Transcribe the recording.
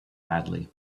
badly